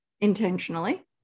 intentionally